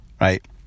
Right